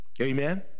Amen